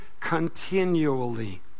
continually